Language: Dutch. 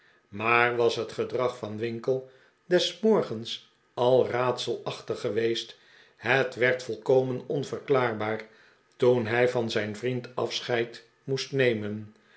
maar was het gedrag van winkle des morgens al raadselachtig geweest het werd volkomen onverklaarbaar toen hij van zijn vriend afscheid moest nemen